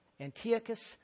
Antiochus